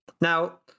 Now